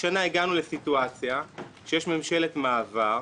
השנה הגענו לסיטואציה שיש ממשלת מעבר.